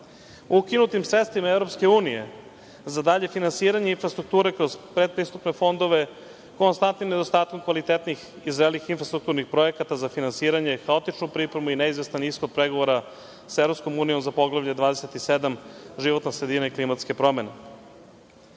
ukinutim sredstvima EU za dalje finansiranje infrastrukture kroz predpristupne fondove, konstantnim nedostatkom kvalitetnih i zrelih infrastrukturnih projekata za finansiranje, haotičnu pripremu i neizvestan ishod pregovora sa EU za Poglavlje 27 – životna sredina i klimatske promene. Danas,